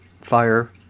fire